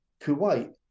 Kuwait